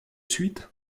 suite